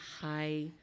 high